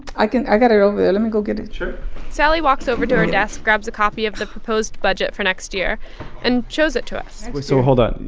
i can i got it over there. let me go get it sure sally walks over to her desk, grabs a copy of the proposed budget for next year and shows it to us wait so hold on.